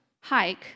hike